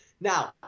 Now